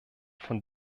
von